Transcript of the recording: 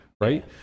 right